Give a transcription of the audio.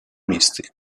misti